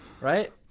right